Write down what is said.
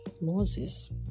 Moses